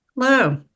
Hello